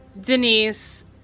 Denise